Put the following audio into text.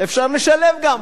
אפשר לשלב גם.